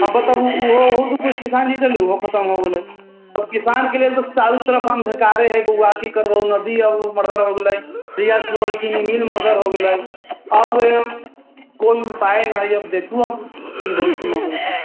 अब बताबू ओहो ओहो खतम हो गेलै अब किसानके लेल तऽ चारू तरफ अन्धकारे हइ बौआ की करबहक नदी ओ मरघट हो गेलै रैया चीनी मील मरघट हो गेलै आब ई कोइ उपाय नहि हइ देखू अब की होइत छै आ नहि होइत छै